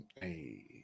hey